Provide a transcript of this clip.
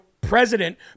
president